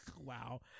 Wow